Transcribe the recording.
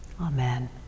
amen